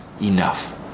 enough